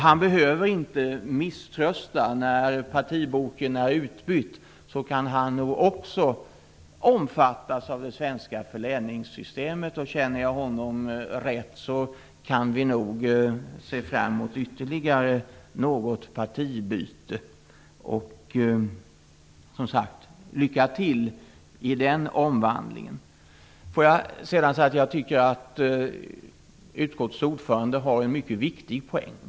Han behöver inte misströsta. När partiboken är utbytt kan också han omfattas av det svenska förläningssystemet. Känner jag honom rätt kan vi nog se fram emot ytterligare något partibyte. Lycka till i den omvandlingen! Jag tycker att utskottets ordförande har en mycket viktig poäng.